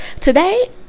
Today